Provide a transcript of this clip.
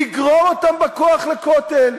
לגרור אותם בכוח לכותל,